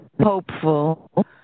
hopeful